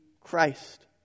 Christ